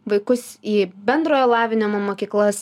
vaikus į bendrojo lavinimo mokyklas